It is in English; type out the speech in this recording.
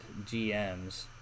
GMs